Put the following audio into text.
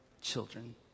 children